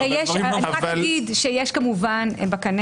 למען הסדר הטוב צריך לומר שיש כמובן בקנה